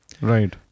Right